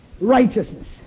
Righteousness